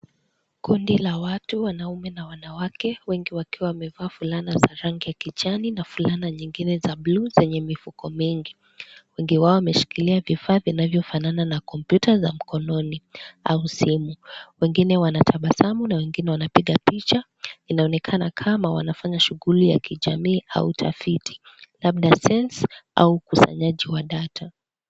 Kundi la watu wanaume na wanawake wengi wakiwa wamevaa fulana za rangi ya kichwani na fulana nyingine za bluu zenye mifuko mingi. Wengi wao wameshikilia vifaa vinavyofanana na kompyuta za mkononi au simu. Wengine wanatabasamu na wengine wanapiga picha. Inaonekana kama wanafanya shughuli ya kijamii au tafiti labda sensa au ukusanyaji wa data .